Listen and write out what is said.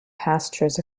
pastures